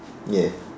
yes